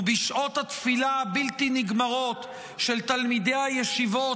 בשעות התפילה הבלתי-נגמרות של תלמידי הישיבות,